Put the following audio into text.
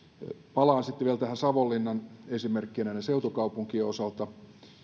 palaan vielä tähän savonlinnan esimerkkiin seutukaupunkien osalta